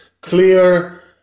clear